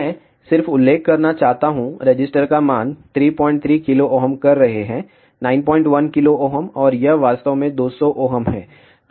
मैं सिर्फ उल्लेख करना चाहता हु रेसिस्टर का मान 33 KΩ कर रहे हैं 91KΩ और यह वास्तव में 200 Ω है